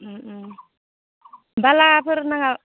बालाफोर नाङा